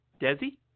Desi